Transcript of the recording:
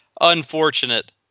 unfortunate